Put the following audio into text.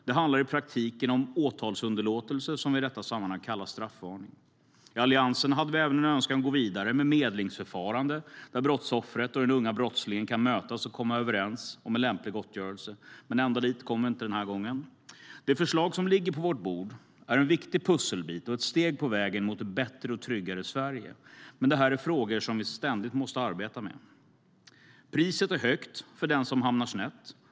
Det handlar i praktiken om åtalsunderlåtelse som vi i detta sammanhang kallar för straffvarning. I Alliansen hade vi även en önskan om att gå vidare med ett medlingsförfarande, där brottsoffret och den unga brottslingen kan mötas och komma överens om en lämplig gottgörelse. Men ända dit kom vi inte denna gång. Det förslag som ligger på vårt bord är en viktig pusselbit och ett steg på vägen mot ett bättre och tryggare Sverige, men detta är frågor som vi ständigt måste arbeta med. Priset är högt för den som hamnar snett.